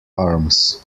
arms